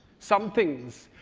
some things,